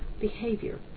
behavior